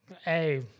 Hey